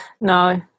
no